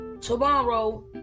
tomorrow